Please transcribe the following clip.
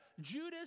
Judas